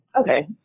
okay